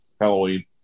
Halloween